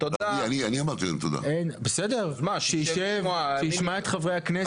במקום שיישב וישמע את חברי הכנסת.